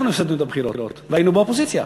אנחנו הפסדנו בבחירות והיינו באופוזיציה,